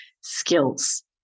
skills